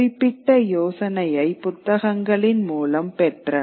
குறிப்பிட்ட யோசனையை புத்தகங்களின் மூலம் பெற்றனர்